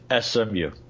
SMU